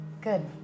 Good